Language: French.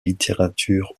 littérature